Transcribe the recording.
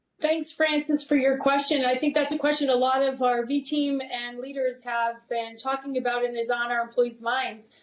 thanks, francis, for your question. i think that's a question a lot of our v team and leaders have been talking about and it's on our employee's minds.